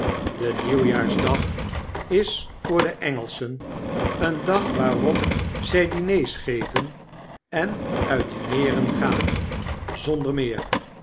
de nieuwjaarsdag is voor de engelschen een dag waarop zy diners geven en uit dineeren faan zonder meer